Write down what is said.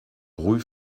rue